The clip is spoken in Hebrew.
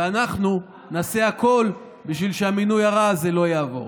ואנחנו נעשה הכול בשביל שהמינוי הרע הזה לא יעבור.